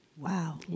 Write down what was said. Wow